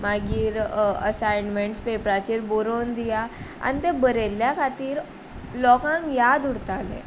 मागीर असायन्मेंट्स बी पेपराचेर बरोवन दिया आनी ते बरयल्ल्या खातीर लोकांक याद उरतालें